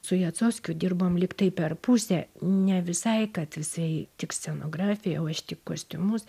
su jacovskiu dirbom lygtai per pusę nevisai kad jisai tik scenografiją o aš tik kostiumus